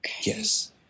yes